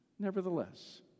Nevertheless